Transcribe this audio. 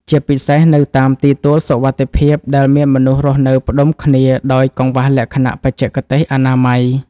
ជាពិសេសនៅតាមទីទួលសុវត្ថិភាពដែលមានមនុស្សរស់នៅផ្ដុំគ្នាដោយកង្វះលក្ខណៈបច្ចេកទេសអនាម័យ។